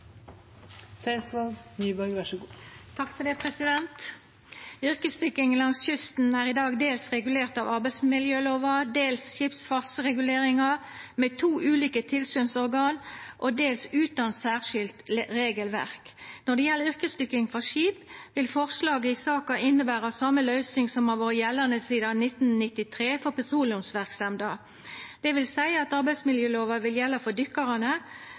i dag dels regulert av arbeidsmiljølova, dels av skipsfartsreguleringa, med to ulike tilsynsorgan, og dels utan særskilt regelverk. Når det gjeld yrkesdykking frå skip, vil forslaget i saka innebera same løysing som har vore gjeldande sidan 1993 for petroleumsverksemda. Det vil seia at arbeidsmiljølova vil gjelda for dykkarane,